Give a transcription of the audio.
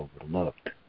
overlooked